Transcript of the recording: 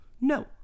No